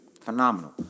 Phenomenal